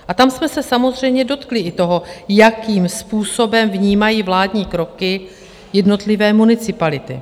A tam jsme se samozřejmě dotkli i toho, jakým způsobem vnímají vládní kroky jednotlivé municipality.